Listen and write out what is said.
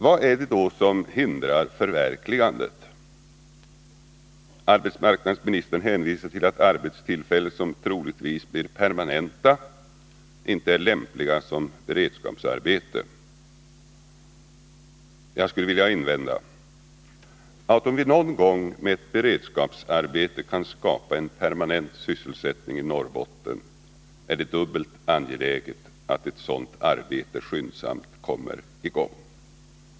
Vad är det då som hindrar förverkligandet? Arbetsmarknadsministern hänvisar till att arbetstillfällen som troligtvis blir permanenta inte är lämpliga som beredskapsarbeten. Jag skulle vilja invända, att om vi någon gång med ett beredskapsarbete kan skapa en permanent sysselsättning i Norrbotten, är det dubbelt angeläget att ett sådant arbete skyndsamt kommer i gång.